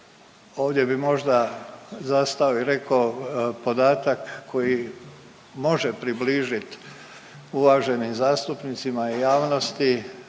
Ovdje bi možda zastao i rekao podatak koji može približiti uvaženi zastupnicima i javnosti